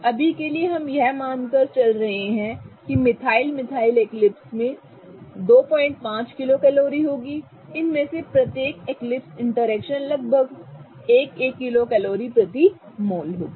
अभी के लिए हम यह मानकर चल रहे हैं कि मिथाइल मिथाइल एक्लिप्स में 25 किलो कैलोरी होगी इनमें से प्रत्येक एक्लिप्स इंटरेक्शन लगभग 1 1 किलो कैलोरी प्रति मोल होगी